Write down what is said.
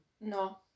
No